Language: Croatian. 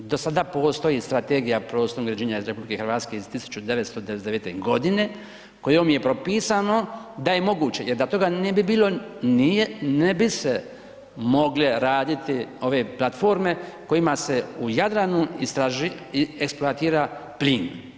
Do sada postoji Strategija prostornog uređenja RH iz 1999. godine kojom je propisano da je moguće jer da toga ne bi bilo ne bi se mogle raditi ove platforme kojima se u Jadranu eksploatira plin.